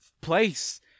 place